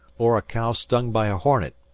or a cow stung by a hornet,